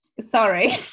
Sorry